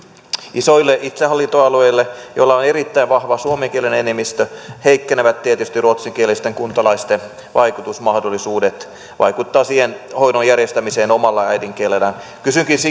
isoille itsehallintoalueille joilla on erittäin vahva suomenkielinen enemmistö heikkenevät tietysti ruotsinkielisten kuntalaisten mahdollisuudet vaikuttaa siihen hoidon järjestämiseen omalla äidinkielellään kysynkin siksi